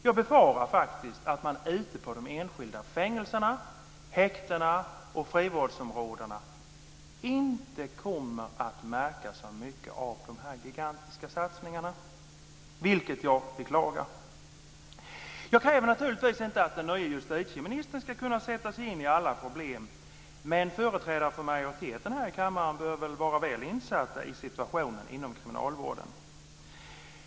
Jag befarar faktiskt att man ute på de enskilda fängelserna, häktena och frivårdsområdena inte kommer att märka så mycket av de här gigantiska satsningarna, vilket jag beklagar. Jag kräver naturligtvis inte att den nye justitieministern ska kunna sätta sig in i alla problem, men företrädare för majoriteten här i kammaren bör vara väl insatta i hur situationen ser ut inom kriminalvården.